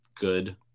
good